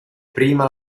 prima